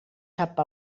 sap